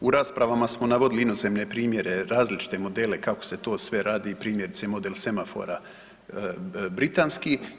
U raspravama smo navodili inozemne primjere različite modele kako se to sve radi, primjerice model semafora britanski.